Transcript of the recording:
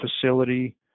facility